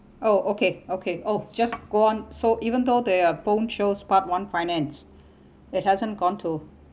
oh okay okay oh just go on so even though there are phone shows part one finance it hasn't gone to